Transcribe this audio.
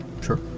Sure